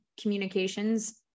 communications